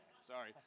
Sorry